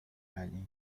alain